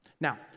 Now